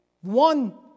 One